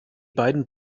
beiden